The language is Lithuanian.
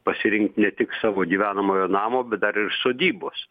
pasirinkt ne tik savo gyvenamojo namo bet dar ir sodybos